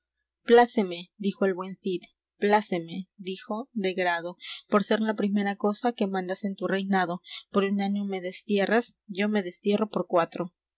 año pláceme dijo el buen cid pláceme dijo de grado por ser la primera cosa que mandas en tu reinado por un año me destierras yo me destierro por cuatro